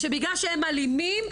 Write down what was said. שבגלל שהם אלימים,